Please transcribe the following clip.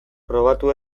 probatu